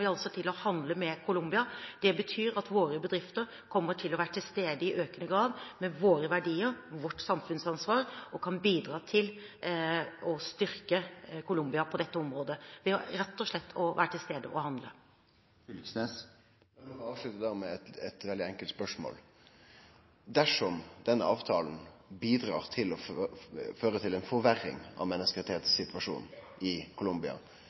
altså til å handle med Colombia. Det betyr at våre bedrifter kommer til å være til stede i økende grad med våre verdier, vårt samfunnsansvar, og de kan bidra til å styrke Colombia på dette området – rett og slett ved å være til stede og handle. Lat meg berre avslutte med eit veldig enkelt spørsmål: Om denne avtalen fører til ei forverring i menneskerettssituasjonen i Colombia,